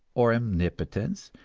or omnipotence,